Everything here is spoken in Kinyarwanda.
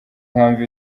mpamvu